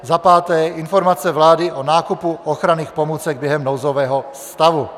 Za páté, informace vlády o nákupu ochranných pomůcek během nouzového stavu.